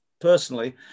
personally